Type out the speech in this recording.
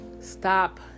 Stop